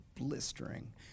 blistering